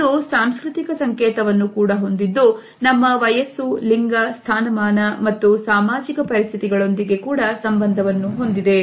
ಇದು ಸಾಂಸ್ಕೃತಿಕ ಸಂಕೇತವನ್ನು ಕೂಡ ಹೊಂದಿದ್ದು ನಮ್ಮ ವಯಸ್ಸು ಲಿಂಗ ಸ್ಥಾನಮಾನ ಮತ್ತು ಸಾಮಾಜಿಕ ಪರಿಸ್ಥಿತಿಗಳೊಂದಿಗೆ ಕೂಡ ಸಂಬಂಧವನ್ನು ಹೊಂದಿದೆ